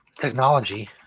technology